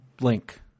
link